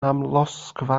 amlosgfa